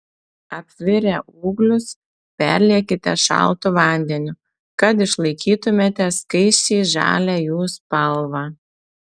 apvirę ūglius perliekite šaltu vandeniu kad išlaikytumėte skaisčiai žalią jų spalvą